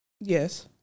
Yes